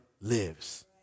lives